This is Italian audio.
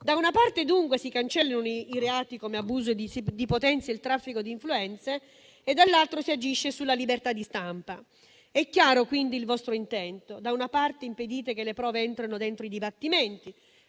Da una parte, dunque, si cancellano i reati come abuso di potenza e il traffico di influenze e, dall'altro, si agisce sulla libertà di stampa. È chiaro quindi il vostro intento: da una parte, impedite che le prove entrino dentro i dibattimenti,